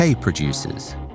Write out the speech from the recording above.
producers